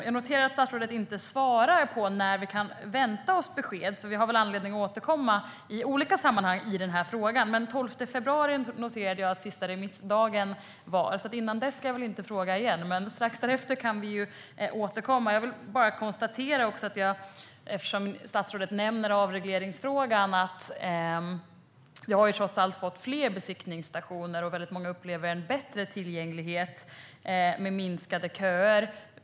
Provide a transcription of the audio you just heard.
Jag noterar att statsrådet inte svarar på när vi kan vänta oss besked, så vi får väl anledning att återkomma i olika sammanhang i den här frågan. Men jag noterade att den 12 februari är sista remissdag. Innan dess ska jag inte fråga igen, men strax därefter kan vi återkomma. Jag konstaterar också, eftersom statsrådet nämner avregleringsfrågan, att vi trots allt har fått fler besiktningsstationer och att många upplever att det blivit en bättre tillgänglighet och minskade köer.